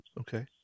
Okay